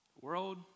world